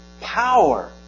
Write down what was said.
power